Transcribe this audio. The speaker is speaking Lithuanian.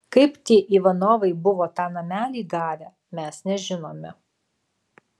kaip tie ivanovai buvo tą namelį gavę mes nežinome